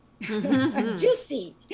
juicy